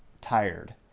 tired